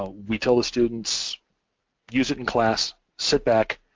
ah we tell the students use it in class, sit back,